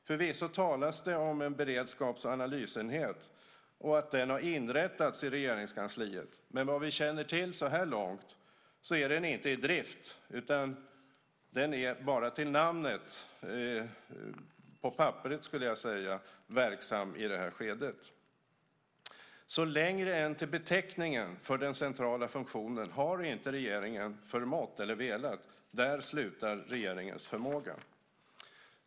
Förvisso talas det om en beredskaps och analysenhet och om att den har inrättats i Regeringskansliet, men vad vi känner till så här långt är den inte i drift. I det här skedet är den bara verksam till namnet, på papperet, skulle jag säga. Så längre än till beteckningen för den centrala funktionen har inte regeringen förmått eller velat gå. Där slutar regeringens förmåga.